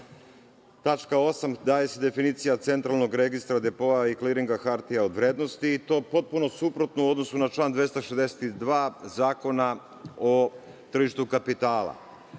tačka 8. daje se definicija centralnog registra depoa i kliringa hartija od vrednosti, i to potpuno suprotno u odnosu na član 262. Zakona o tržištu kapitala,